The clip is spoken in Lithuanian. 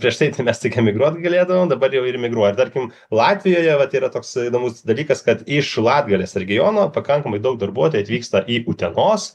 prieš tai tai mes tik emigruot galėdavom dabar jau ir imigruoja tarkim latvijoje vat yra toks įdomus dalykas kad iš latgales regiono pakankamai daug darbuotojų atvyksta į utenos